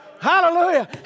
Hallelujah